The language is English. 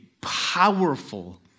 powerful